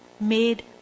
made